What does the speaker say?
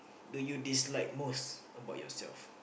do you dislike most about yourself